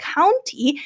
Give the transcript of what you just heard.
County